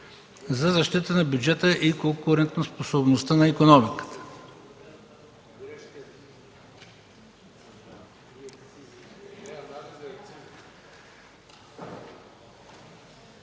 за защита на бюджета и конкурентоспособността на икономиката.”